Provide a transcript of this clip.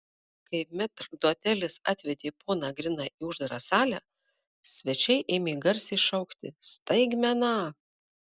kai metrdotelis atvedė poną griną į uždarą salę svečiai ėmė garsiai šaukti staigmena